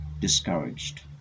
discouraged